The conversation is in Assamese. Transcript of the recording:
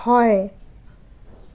হয়